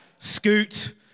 Scoot